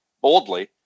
boldly